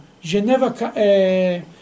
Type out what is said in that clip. Geneva